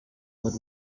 but